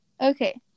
Okay